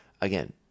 again